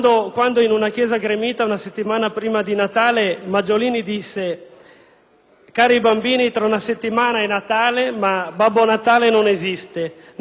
«Cari bambini, tra una settimana è Natale, ma Babbo Natale non esiste; non è lui a portarvi i doni, ma papà e mamma rintronati dalla pubblicità.